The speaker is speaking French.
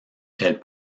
elle